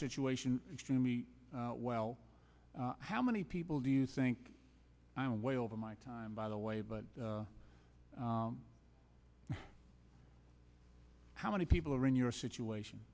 situation extremely well how many people do you think i'm way over my time by the way but how many people are in your situation